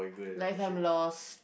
like if I'm lost